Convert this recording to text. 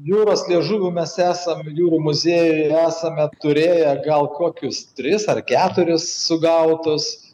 jūros liežuvių mes esam jūrų muziejuj esame turėję gal kokius tris ar keturis sugautus